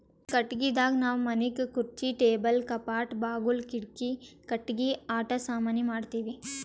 ಕಟ್ಟಿಗಿದಾಗ್ ನಾವ್ ಮನಿಗ್ ಖುರ್ಚಿ ಟೇಬಲ್ ಕಪಾಟ್ ಬಾಗುಲ್ ಕಿಡಿಕಿ ಕಟ್ಟಿಗಿ ಆಟ ಸಾಮಾನಿ ಮಾಡ್ತೀವಿ